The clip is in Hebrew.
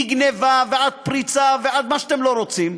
מגנבה ועד פריצה ועד מה שאתם לא רוצים,